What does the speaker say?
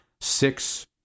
six